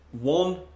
one